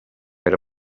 era